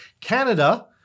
Canada